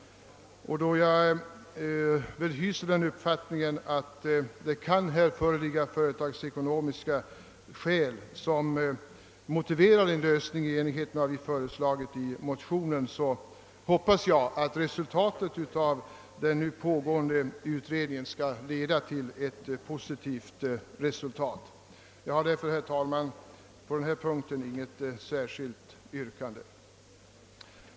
Då jag hyser den uppfattningen att det kan föreligga företagsekonomiska skäl som motiverar en lösning i enlighet med vad vi föreslagit i motionen, hoppas jag att den nu pågående utredningen skall leda till ett positivt resultat. Jag har därför, herr talman, på denna punkt inget särskilt yrkande.